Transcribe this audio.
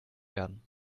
werden